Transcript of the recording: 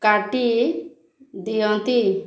କାଟି ଦିଅନ୍ତି